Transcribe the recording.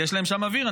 כי יש להם שם אוויר.